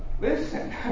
listen